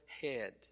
head